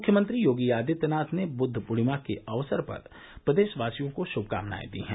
मुख्यमंत्री योगी आदित्यनाथ ने बुद्ध पूर्णिमा के अवसर पर प्रदेशवासियों को श्भकामनाएं दी हैं